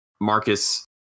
Marcus